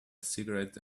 cigarette